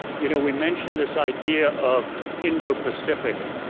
you know we mentioned this idea of indo-pacific.